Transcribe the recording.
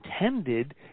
intended